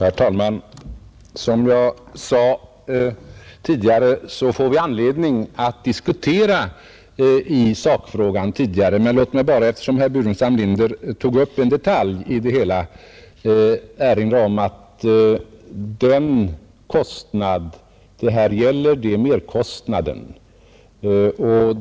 Herr talman! Som jag sade tidigare kommer vi att få anledning att diskutera sakfrågan längre fram. Men eftersom herr Burenstam Linder tog upp en detalj i det hela vill jag erinra om att den kostnad det här gäller är merkostnaden.